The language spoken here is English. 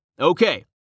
Okay